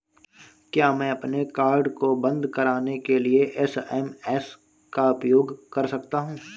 क्या मैं अपने कार्ड को बंद कराने के लिए एस.एम.एस का उपयोग कर सकता हूँ?